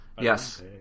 Yes